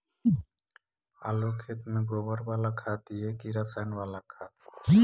आलू के खेत में गोबर बाला खाद दियै की रसायन बाला खाद?